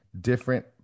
different